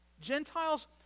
Gentiles